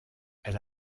elle